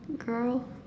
girl